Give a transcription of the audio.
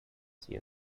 see